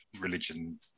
religion